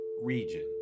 region